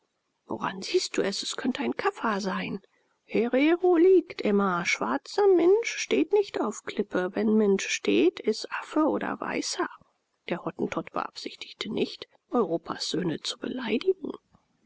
woran siehst du es es könnte ein kaffer sein herero liegt immer schwarzer minsch steht nicht auf klippe wenn minsch steht is affe oder weißer der hottentott beabsichtigte nicht europas söhne zu beleidigen